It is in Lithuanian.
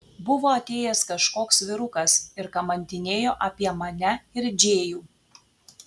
buvo atėjęs kažkoks vyrukas ir kamantinėjo apie mane ir džėjų